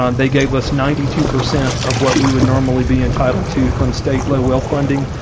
um they gave us ninety two percent of what we would normally be entitled to from state local funding.